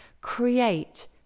create